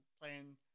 playing